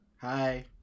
Hi